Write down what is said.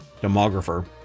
demographer